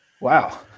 Wow